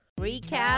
recap